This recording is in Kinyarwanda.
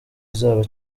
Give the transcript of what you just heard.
izaba